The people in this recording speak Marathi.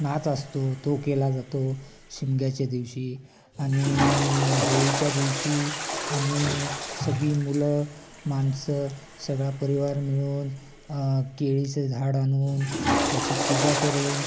नाच असतो तो केला जातो शिमग्याच्या दिवशी आणि होळीच्या दिवशी आम्ही सगळी मुलं माणसं सगळा परिवार मिळून केळीचे झाड आणून त्याची पूजा करून